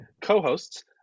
co-hosts